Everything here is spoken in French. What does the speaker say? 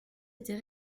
était